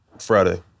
Friday